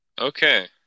Okay